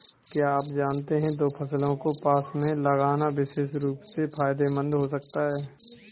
क्या आप जानते है दो फसलों को पास में लगाना विशेष रूप से फायदेमंद हो सकता है?